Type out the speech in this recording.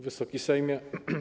Wysoki Sejmie!